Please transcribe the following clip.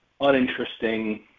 uninteresting